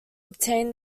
obtain